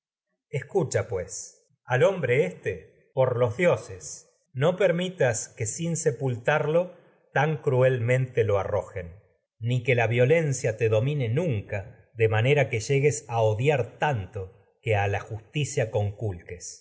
escucha pues al hombre éste por los diotragedias de sófocles ses no permitas que a que sin sepultarlo tan cruelmente de lo arrojen ni que la violencia te domine nunca manera llegues odiar tanto que a la para que justicia conculques